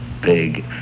big